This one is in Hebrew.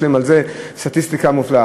יש להם על זה סטטיסטיקה מופלאה.